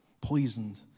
poisoned